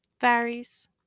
varies